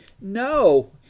No